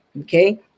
Okay